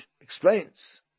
explains